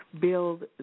build